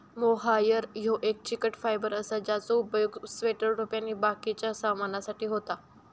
mohair ह्यो एक चिकट फायबर असा ज्याचो उपयोग स्वेटर, टोपी आणि बाकिच्या सामानासाठी होता